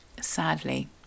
sadly